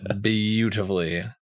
beautifully